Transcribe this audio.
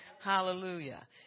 Hallelujah